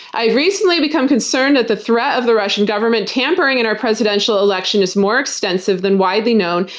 i've recently become concerned that the threat of the russian government tampering in our presidential election is more extensive than widely known,